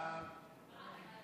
ההסתייגות (11)